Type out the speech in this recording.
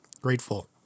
Grateful